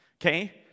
Okay